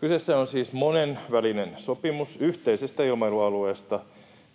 Kyseessä on monenvälinen sopimus yhteisestä ilmailualueesta,